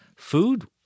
Food